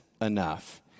enough